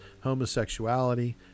homosexuality